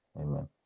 Amen